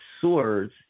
Swords